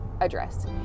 address